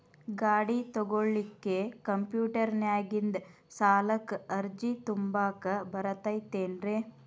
ಗಾಡಿ ತೊಗೋಳಿಕ್ಕೆ ಕಂಪ್ಯೂಟೆರ್ನ್ಯಾಗಿಂದ ಸಾಲಕ್ಕ್ ಅರ್ಜಿ ತುಂಬಾಕ ಬರತೈತೇನ್ರೇ?